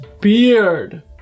beard